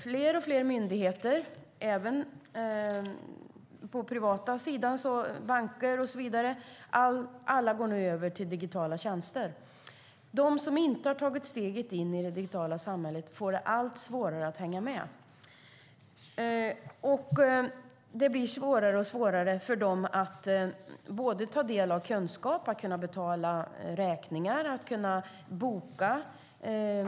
Allt fler myndigheter går över till digitala tjänster, även på den privata sidan med banker och så vidare. De som inte har tagit steget in i det digitala samhället får allt svårare att hänga med. Det blir svårare för dem både att ta del av kunskap och att kunna betala räkningar och göra bokningar.